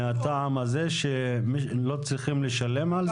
מהטעם הזה שלא צריכים לשלם על זה.